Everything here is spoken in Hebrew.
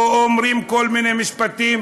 או אומרים כל מיני משפטים,